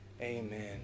Amen